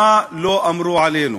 מה לא אמרו עלינו.